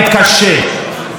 ממשלת ימין,